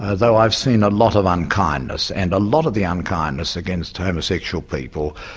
ah though i've seen a lot of unkindness and a lot of the unkindness against homosexual people,